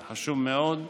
זה חשוב מאוד.